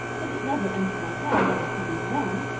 but it never entered my head that it could be them.